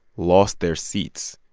lost their seats.